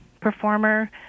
performer